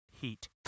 heat